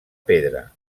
pedra